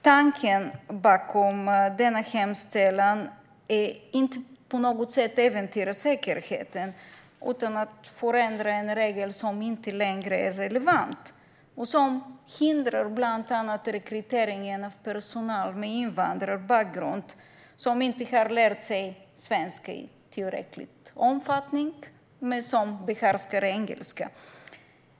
Tanken bakom denna hemställan är inte att på något sätt äventyra säkerheten utan att förändra en regel som inte längre är relevant och som hindrar bland annat rekrytering av personal med invandrarbakgrund som inte har lärt sig svenska i tillräcklig omfattning men som behärskar engelska.